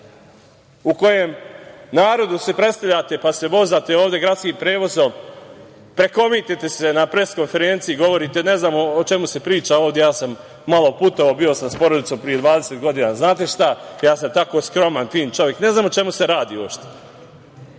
gde se narodu predstavljate, pa se vozate ovde gradskim prevozom, prekomitite se na pres konferenciji, govorite - ne znamo o čemu se priča ovde, ja sam malo putovao, bio sam sa porodicom pre 20 godina, znate šta, ja sam tako skroman, fin čovek, ne znam o čemu se radi uopšte